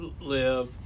live